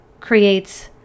creates